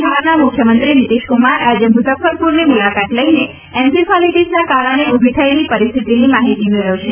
બિહારના મુખ્યમંત્રી નીતિશકુમાર આજે મુજફ્ફરપુરની મુલાકાત લઇને એન્સીફાલીટીસના કારણે ઉભી થયેલી પરિસ્થિતિની માહિતી મેળવશે